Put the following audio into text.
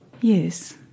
Yes